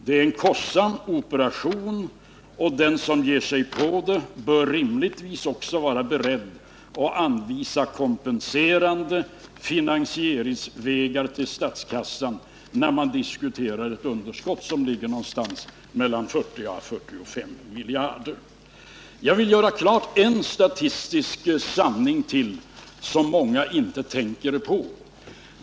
Det är en kostsam operation, och den som ger sig på den bör rimligtvis också vara beredd att anvisa kompenserande finansieringsvägar till statskassan när man diskuterar ett underskott som ligger någonstans mellan 40 och 45 miljarder. Jag vill göra klart en statistisk sanning till som många inte tänker på.